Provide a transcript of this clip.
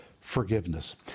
Forgiveness